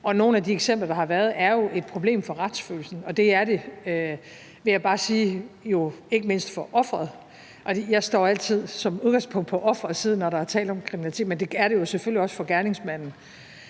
nogle af de eksempler, der har været, er jo et problem for retsfølelsen, og det er det jo, vil jeg bare sige, ikke mindst for offeret. Jeg står altid som udgangspunkt på offerets side, når der er tale om kriminalitet, men det gælder jo selvfølgelig også for gerningsmanden,